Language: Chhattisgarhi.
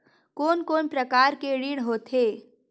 कोन कोन प्रकार के ऋण होथे?